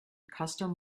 custom